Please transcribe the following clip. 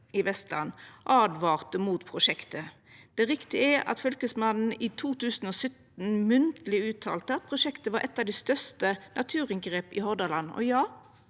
i Vestland åtvara mot prosjektet. Det riktige er at Fylkesmannen i 2017 munnleg uttala at prosjektet var eit av dei største naturinngrepa i Hordaland. Ja,